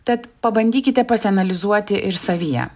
tad pabandykite pasianalizuoti ir savyje